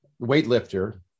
weightlifter